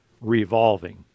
Revolving